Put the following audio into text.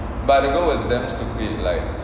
but the goal was damn stupid like